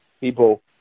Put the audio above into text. people